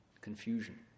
confusion